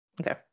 okay